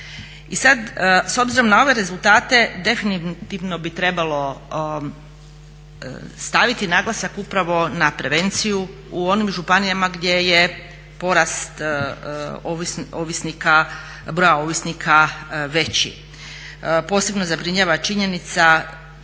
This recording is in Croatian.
I sad s obzirom na ove rezultate definitivno bi trebalo staviti naglasak upravo na prevenciju u onim županijama gdje je porast ovisnika, broja ovisnika veći. Posebno zabrinjava činjenica